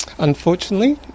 unfortunately